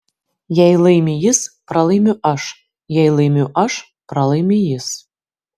jei laimi jis pralaimiu aš jei laimiu aš pralaimi jis